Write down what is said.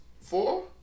four